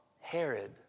Herod